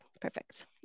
Perfect